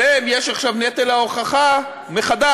עליהם יש עכשיו נטל ההוכחה מחדש.